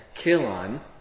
Kilon